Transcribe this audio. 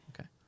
Okay